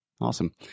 Awesome